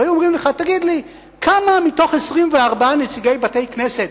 והיו אומרים לך: כמה מתוך 24 נציגי בתי-כנסת,